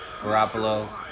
Garoppolo